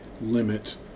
limit